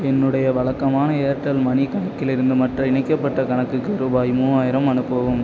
என்னுடைய வழக்கமான Airtel money கணக்கிலிருந்து மற்ற இணைக்கப்பட்ட கணக்குக்கு ருபாய் மூவாயிரம் அனுப்பவும்